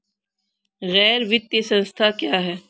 गैर वित्तीय संस्था क्या है?